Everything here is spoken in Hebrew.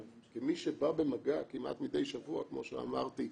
כמי שבא במגע, כמעט מידי שבוע כמו שאמרתי,